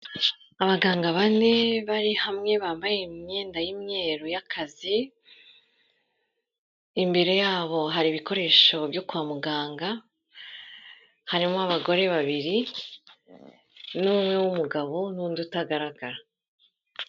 Abaganga bane bari hamwe bambaye imyenda y'imyeru y'akazi, imbere yabo hari ibikoresho byo kwa muganga, harimo abagore babiri n'umwe w'umugabo, n'undi utagaragara.